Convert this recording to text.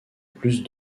plus